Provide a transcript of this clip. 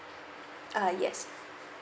ah yes